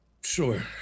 Sure